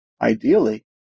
ideally